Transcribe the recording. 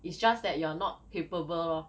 it's just that you are not capable lor